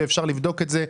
ואפשר לבדוק את זה,